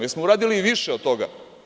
Jesmo uradili i više od toga?